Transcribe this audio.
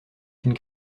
une